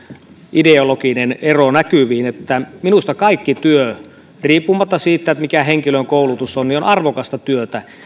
ideologinen ero näkyviin että minusta kaikki työ riippumatta siitä mikä henkilön koulutus on on arvokasta työtä